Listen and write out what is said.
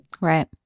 Right